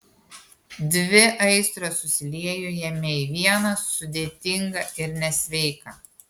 dvi aistros susiliejo jame į vieną sudėtingą ir nesveiką